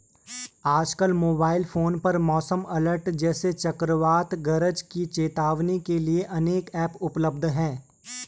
आजकल mobile phone पर मौसम अलर्ट जैसे चक्रवात गरज की चेतावनी के लिए अनेक ऐप उपलब्ध है